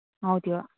हो त्यो